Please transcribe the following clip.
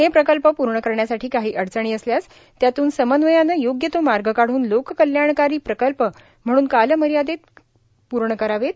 हे प्रकल्प पूर्ण करण्यासाठी काही अडचणी असल्यास त्यातून समन्वयाने योग्य तो मार्ग काढून लोककल्याणकारी प्रकल्प म्हणून कालमर्यादेत पूर्ण करावेत